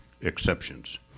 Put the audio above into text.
exceptions